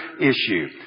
issue